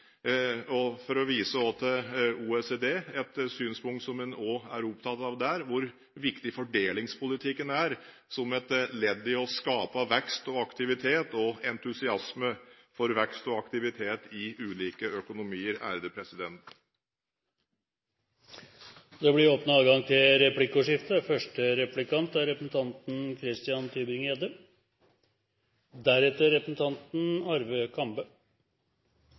– for å vise til OECD, et synspunkt som en også er opptatt av der – hvor viktig fordelingspolitikken er som et ledd i å skape vekst, aktivitet og entusiasme for vekst og aktivitet i ulike økonomier. Det blir replikkordskifte. Det er